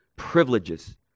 privileges